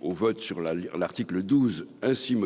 au vote sur la Lire l'article 12 ainsi.